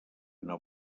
una